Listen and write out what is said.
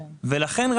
לכן,